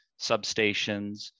substations